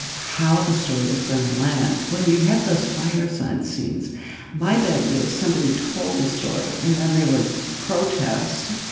how the story is going to land. when you had those fireside scenes my bet is somebody told a story and then there was protest.